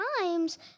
times